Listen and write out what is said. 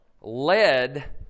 led